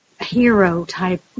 hero-type